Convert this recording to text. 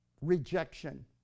Rejection